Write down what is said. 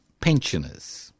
pensioners